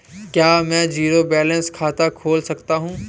क्या मैं zero balance खाता खोल सकता हूँ?